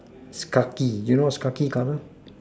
it's khaki you know what is khaki colour